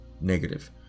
negative